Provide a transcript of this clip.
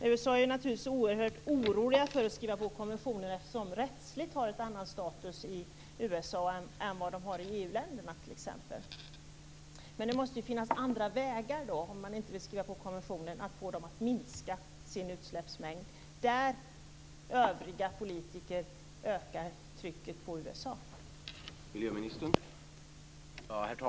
USA är naturligtvis oerhört oroligt för att skriva på konventionen eftersom den rättsligt har en annan status i USA än i EU länderna t.ex. Om USA inte vill skriva på konventionen så måste det finnas andra vägar, där övriga politiker ökar trycket på USA, för att få landet att minska sin utsläppsmängd.